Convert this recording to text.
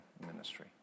ministry